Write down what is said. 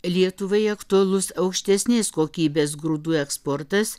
lietuvai aktualus aukštesnės kokybės grūdų eksportas